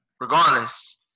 Regardless